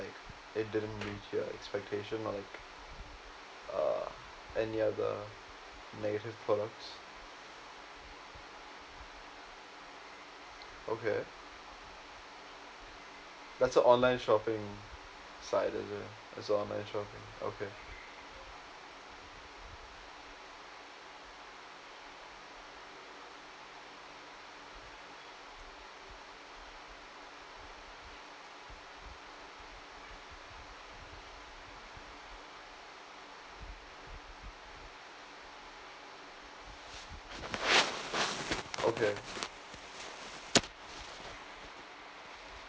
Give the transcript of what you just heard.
it didn't meet your expectation like uh any other negative products okay that's an online shopping site is it it's an online shopping okay okay